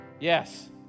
yes